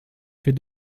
fait